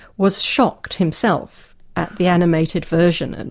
was shocked himself at the animated version, and